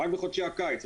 רק בחודשי הקיץ.